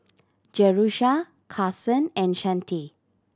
Jerusha Karson and Shante